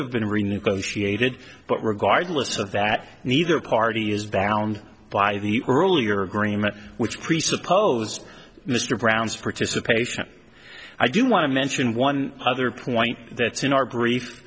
have been renegotiated but regardless of that neither party is balanced by the earlier agreement which presupposed mr brown's participation i do want to mention one other point that's in our brief